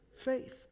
faith